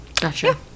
gotcha